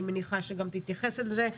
אני מניחה שגם תתייחס אל זה.